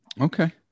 Okay